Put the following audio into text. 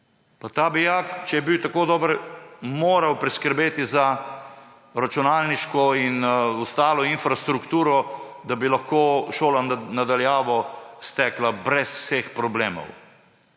ta bi ja, če je bil tako dober, moral poskrbeti za računalniško in ostalo infrastrukturo, da bi lahko šola na daljavo stekla brez vseh problemov.